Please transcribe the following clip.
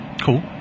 Cool